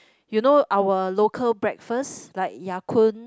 you know our local breakfast like Ya-Kun